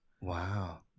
Wow